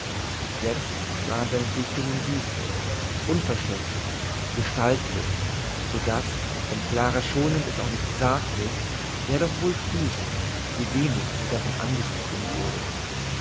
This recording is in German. jetzt waren seine dichtungen düster unverständlich gestaltlos so daß wenn clara schonend es auch nicht sagte er doch wohl fühlte wie wenig sie davon angesprochen wurde